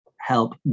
help